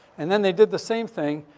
and then they did the same thing.